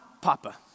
papa